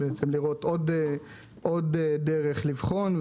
עוד דרך לבחון.